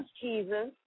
Jesus